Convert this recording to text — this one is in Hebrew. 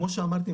כמו שאמרתי,